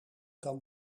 kan